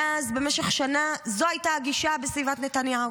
מאז, במשך שנה, זו הייתה הגישה בסביבת נתניהו.